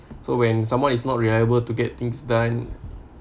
so when someone is not reliable to get things done